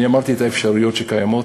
אני אמרתי את האפשרויות שקיימות,